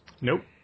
Nope